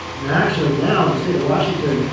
and actually now in the state of washington,